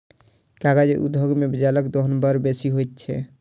कागज उद्योग मे जलक दोहन बड़ बेसी होइत छै